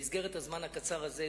במסגרת הזמן הקצר הזה,